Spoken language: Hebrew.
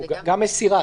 גם מסירה.